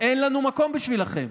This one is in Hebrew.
אין לנו מקום בשבילכם.